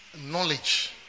knowledge